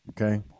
Okay